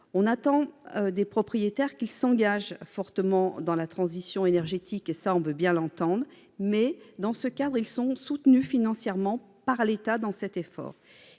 On attend des propriétaires qu'ils s'engagent fortement dans la transition énergétique, ce que nous pouvons entendre. Mais ils sont soutenus financièrement par l'État dans cet effort.